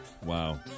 Wow